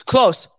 Close